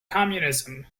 communism